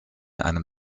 einem